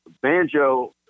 banjo